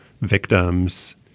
victims